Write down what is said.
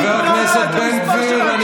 חבר הכנסת בן גביר.